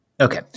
Okay